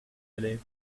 allait